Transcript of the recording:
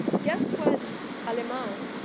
guess what alemao,